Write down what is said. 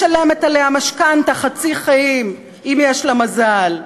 משלמת עליה משכנתה חצי חיים אם יש לה מזל,